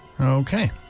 Okay